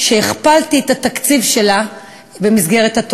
שהכפלתי את התקציב שלה דרך הטוטו.